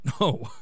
No